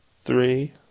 three